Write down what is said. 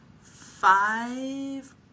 five